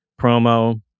promo